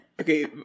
Okay